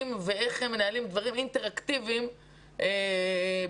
ואיך מנהלים דברים אינטראקטיביים בזום.